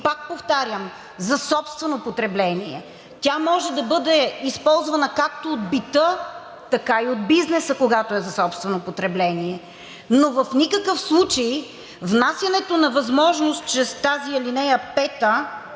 Пак повтарям за собствено потребление. Тя може да бъде използвана както от бита, така и от бизнеса, когато е за собствено потребление. В никакъв случай внасянето на възможност чрез тази ал. 5